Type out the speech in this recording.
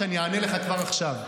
שאני אענה לך כבר עכשיו.